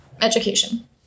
education